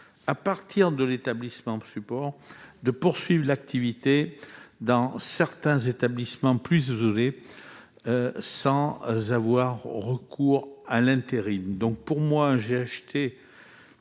à partir de l'établissement support, de poursuivre l'activité dans certains établissements isolés, sans avoir recours à l'intérim. À mon sens, un GHT